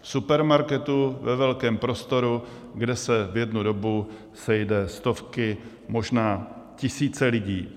V supermarketu, ve velkém prostoru, kde se v jednu dobu sejdou stovky a možná tisíce lidí.